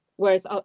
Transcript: Whereas